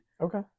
Okay